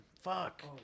fuck